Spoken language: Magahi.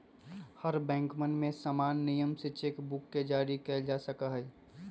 हर बैंकवन में समान नियम से चेक बुक के जारी कइल जा सका हई